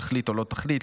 תחליט או לא תחליט,